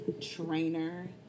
trainer